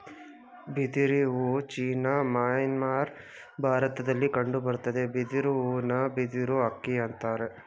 ಬಿದಿರು ಹೂ China Myanmar ಭಾರತದಲ್ಲಿ ಕಂಡುಬರ್ತದೆ ಬಿದಿರು ಹೂನ ಬಿದಿರು ಅಕ್ಕಿ ಅಂತರೆ